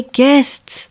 guests